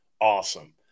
Awesome